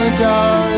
darling